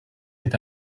est